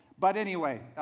but anyway,